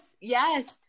Yes